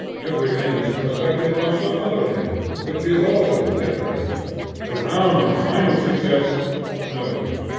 every end is prospective of some other end, which is also temporary a round and final success nowhere.